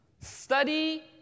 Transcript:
study